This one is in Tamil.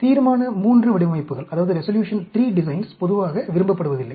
எனவே தீர்மான III வடிவமைப்புகள் பொதுவாக விரும்பப்படுவதில்லை